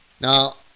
Now